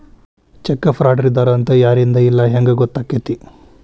Check ಫ್ರಾಡರಿದ್ದಾರ ಅಂತ ಯಾರಿಂದಾ ಇಲ್ಲಾ ಹೆಂಗ್ ಗೊತ್ತಕ್ಕೇತಿ?